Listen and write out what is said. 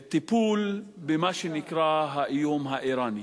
לטיפול, במה שנקרא האיום האירני.